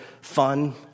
fun